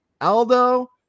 Aldo